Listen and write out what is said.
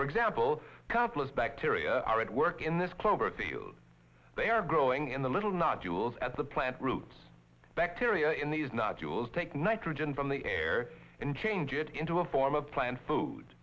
for example complex bacteria are at work in this cloverfield they are growing in the little not jewels at the plant roots bacteria in these not jewels take nitrogen from the air and change it into a four plant food